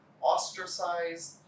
ostracized